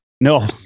no